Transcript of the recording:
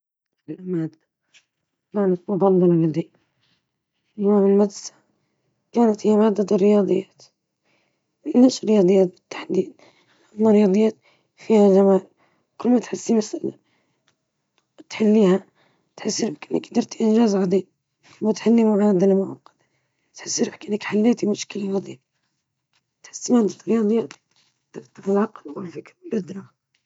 مادتي المفضلة كانت الرياضيات، أحببتها لأنها كانت تتحدى العقل وتفتح لي أبواب التفكير المنطقي والاستنتاج.